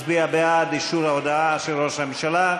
מצביע בעד אישור ההודעה של ראש הממשלה.